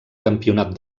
campionat